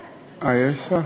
אה, יש שרה?